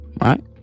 right